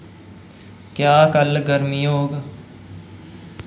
क्या कल गरमी होग